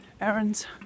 errands